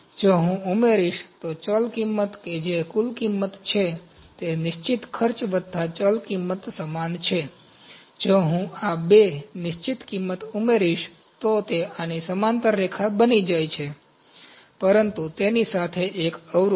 જો હું ઉમેરીશ તો ચલ કિંમત કે જે કુલ કિંમત છે તે નિશ્ચિત ખર્ચ વત્તા ચલ કિંમત સમાન છે જો હું આ બે નિશ્ચિત કિંમત ઉમેરીશ તો તે આની સમાંતર રેખા બની જાય છે પરંતુ તેની સાથે એક અવરોધ